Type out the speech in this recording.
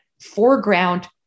foreground